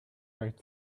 right